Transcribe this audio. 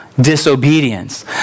disobedience